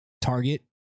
target